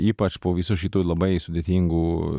ypač po visų šitų labai sudėtingų